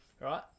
Right